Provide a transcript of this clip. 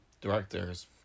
directors